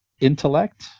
intellect